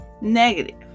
negative